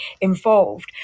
involved